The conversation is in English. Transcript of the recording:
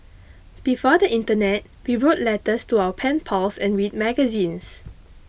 before the Internet we wrote letters to our pen pals and read magazines